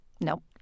Nope